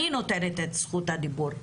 אני נותנת את זכות הדיבור.